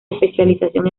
especialización